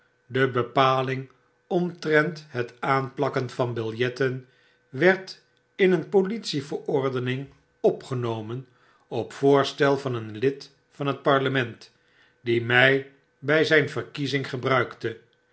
de bepaling omfcrent het aanplakken van biljetten werd in een politie verordening opgenomen op voorstel van een lid van het parlement die mg bij zgn verkiezing gebruikte